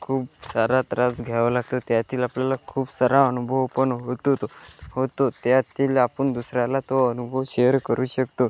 खूप सारा त्रास घ्यावं लागतं त्यातील आपल्याला खूप सारा अनुभव पण होतो तो होतो त्यातील आपण दुसऱ्याला तो अनुभव शेअर करू शकतो